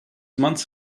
months